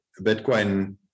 Bitcoin